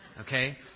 Okay